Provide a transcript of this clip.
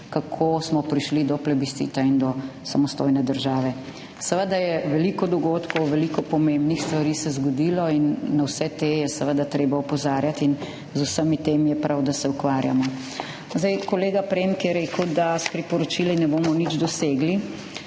kako smo prišli do plebiscita in do samostojne države. Seveda je veliko dogodkov, veliko pomembnih stvari se zgodilo in na vse te je seveda treba opozarjati in z vsemi temi je prav, da se ukvarjamo. Kolega Premk je rekel, da s priporočili ne bomo nič dosegli.